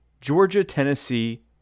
Georgia-Tennessee